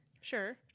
Sure